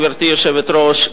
גברתי היושבת-ראש,